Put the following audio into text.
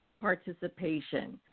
participation